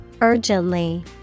Urgently